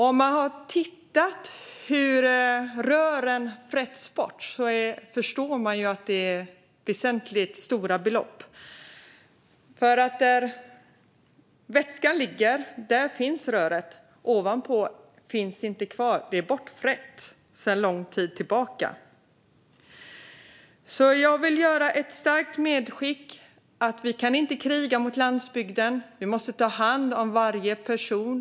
Om man har tittat på hur rören frätts bort förstår man att det är väldigt stora belopp. Där vätskan ligger finns röret. Ovanpå finns det inte kvar. Det är bortfrätt sedan lång tid tillbaka. Jag vill göra ett starkt medskick: Vi kan inte kriga mot landsbygden. Vi måste ta hand om varje person.